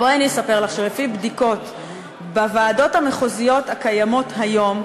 בואי אני אספר לך שלפי בדיקות בוועדות המחוזיות הקיימות היום,